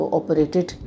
operated